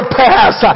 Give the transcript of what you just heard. pass